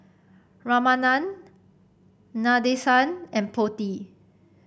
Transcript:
Ramanand Nadesan and Potti